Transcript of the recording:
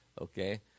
Okay